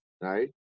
right